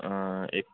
कोई नी